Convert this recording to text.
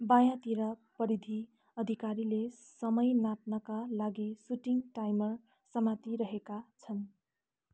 बायाँतिर परिधि अधिकारीले समय नाप्नाका लागि सुटिङ टाइमर समातिरहेका छन्